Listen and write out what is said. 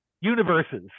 universes